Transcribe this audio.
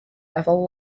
level